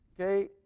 Okay